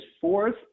fourth